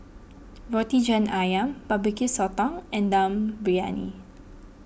Roti John Ayam Barbecue Sotong and Dum Briyani